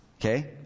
okay